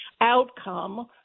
outcome